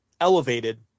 elevated